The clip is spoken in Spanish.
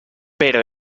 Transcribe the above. pero